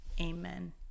Amen